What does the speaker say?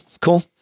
cool